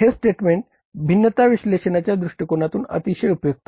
हे स्टेटमेंट भिन्नता विश्लेषणाच्या दृष्टीकोनातून अतिशय उपयुक्त आहे